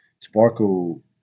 Sparkle